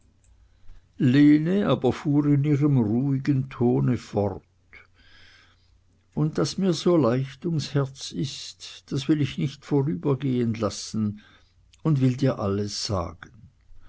in ihrem ruhigen tone fort und daß mir so leicht ums herz ist das will ich nicht vorübergehn lassen und will dir alles sagen